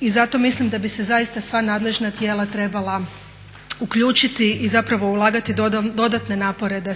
I zato mislim da bi se zaista sva nadležna tijela trebala uključiti i zapravo ulagati dodatne napore da